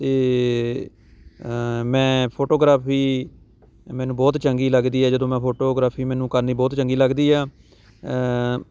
ਅਤੇ ਮੈਂ ਫੋਟੋਗ੍ਰਾਫ਼ੀ ਮੈਨੂੰ ਬਹੁਤ ਚੰਗੀ ਲੱਗਦੀ ਹੈ ਜਦੋਂ ਮੈਂ ਫੋਟੋਗ੍ਰਾਫ਼ੀ ਮੈਨੂੰ ਕਰਨੀ ਬਹੁਤ ਚੰਗੀ ਲੱਗਦੀ ਆ